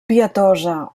pietosa